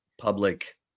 public